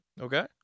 okay